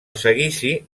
seguici